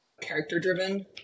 character-driven